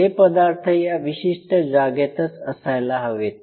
हे पदार्थ या विशिष्ट जागेतच असायला हवेत